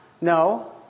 No